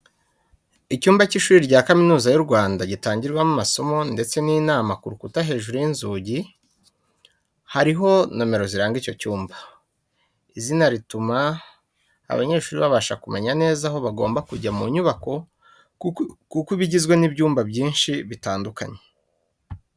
Icyumba cy’ishuri rya kaminuza y’u Rwanda gitangirwamo amasomo, ndetse n'inama, ku rukuta hejuru y’inzugi hariho nomero ziranga icyo cyumba. Izina rituma abanyeshuri babasha kumenya neza aho bagomba kujya mu nyubako kuko iba igizwe n’ibyumba byinshi bitandukanye.